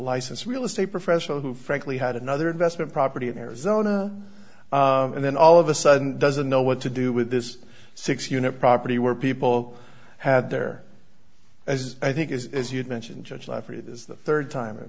license real estate professional who frankly had another investment property in arizona and then all of a sudden doesn't know what to do with this six unit property where people had their as i think is you mentioned judge lafferty it is the third time it